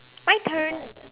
my turn